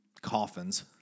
coffins